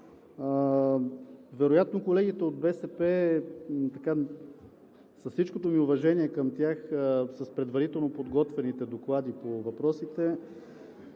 Вероятно колегите от БСП, с всичкото ми уважение към тях, с предварително подготвените доклади по въпросите,